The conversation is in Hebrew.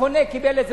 הקונה קיבל את זה,